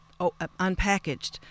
unpackaged